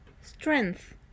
Strength